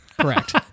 correct